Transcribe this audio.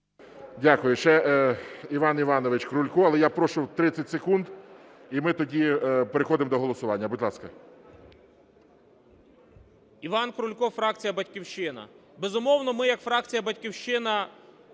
Дякую. Ще Іван Іванович Крулько. Але я прошу 30 секунд, і ми тоді переходимо до голосування. Будь ласка. 11:59:31 КРУЛЬКО І.І. Іван Крулько, фракція "Батьківщина". Безумовно, ми як фракція "Батьківщина"